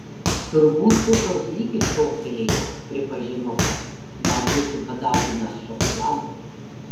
turbūt cukraus lygis šoktelėjo pripažino pats gal būsiu padauginęs šokolado